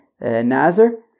nazir